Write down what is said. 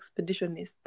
expeditionist